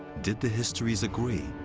did the histories agree?